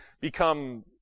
become